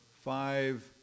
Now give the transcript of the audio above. five